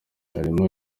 harimo